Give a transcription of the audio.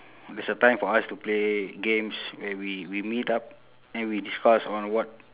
there's a time for us to play games where we we meet up then we discuss on what